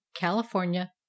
California